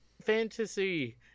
fantasy